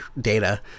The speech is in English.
Data